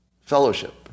Fellowship